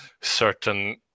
certain